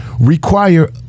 require